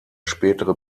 spätere